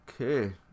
Okay